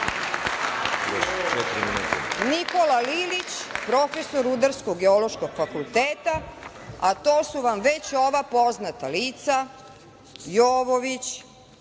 Nikola Lilić, profesor Rudarsko-geološkog fakulteta, a to su vam već ova poznata lica, Jovović,